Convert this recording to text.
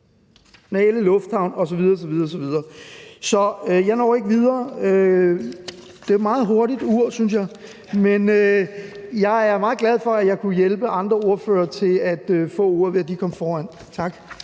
lufthavne osv. osv. Jeg når ikke mere. Det er et meget hurtigt ur, synes jeg. Men jeg er meget glad for, at jeg kunne hjælpe andre ordførere til at få ordet, ved at de kom før mig.